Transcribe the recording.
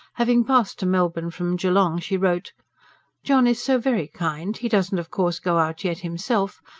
having passed to melbourne from geelong she wrote john is so very kind. he doesn't of course go out yet himself,